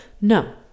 No